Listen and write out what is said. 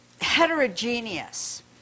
heterogeneous